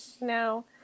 No